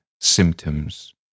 symptoms